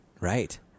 Right